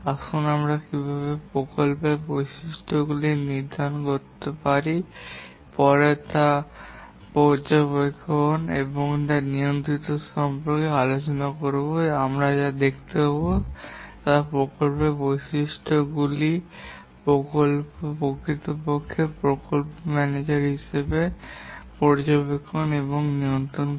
আসুন আমরা কীভাবে এই প্রকল্পের বৈশিষ্ট্যগুলি নির্ধারণ করতে পারি এবং পরে যখন আমরা প্রকল্প পর্যবেক্ষণ এবং নিয়ন্ত্রণ সম্পর্কে আলোচনা করব আমরা দেখতে পাব যে প্রকল্পের বৈশিষ্ট্যগুলি প্রকৃতপক্ষে প্রকল্প ম্যানেজার কীভাবে পর্যবেক্ষণ এবং নিয়ন্ত্রণ করে